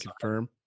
confirm